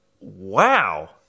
Wow